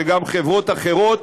זה גם חברות אחרות